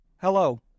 hello